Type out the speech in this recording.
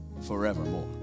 forevermore